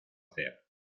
hacer